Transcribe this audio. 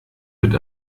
wird